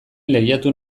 lehiatu